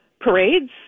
parades